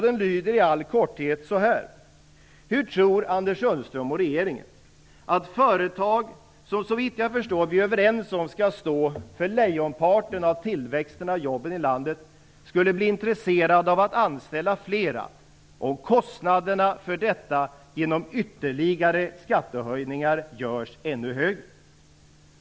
Den lyder i all korthet så här: Hur tror Anders Sundström och regeringen att företag, som skall stå för lejonparten av tillväxten av jobben i landet - såvitt jag förstår är vi överens om det - skall bli intresserade av att anställa flera om kostnaderna för detta genom ytterligare skattehöjningar görs ännu högre?